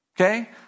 Okay